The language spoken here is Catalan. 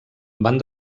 van